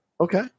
Okay